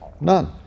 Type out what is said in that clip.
None